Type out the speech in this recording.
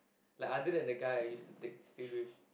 like other than the guy I use to take still with